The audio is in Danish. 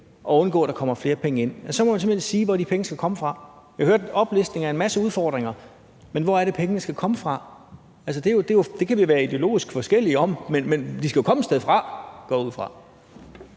og undgå, at der kommer flere penge ind. Så må man simpelt hen sige, hvor de penge skal komme fra. Jeg hørte oplistningen af en masse udfordringer, men hvor skal pengene komme fra? Det kan vi ideologisk have forskellige meninger om, men de skal jo komme et sted fra, går jeg ud fra.